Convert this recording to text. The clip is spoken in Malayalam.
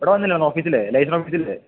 ഇവിടെ വന്നില്ലേ അന്ന് ഓഫീസില് ലൈസണ് ഓഫീസില്ലേ